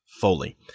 Foley